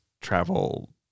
travel